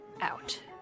out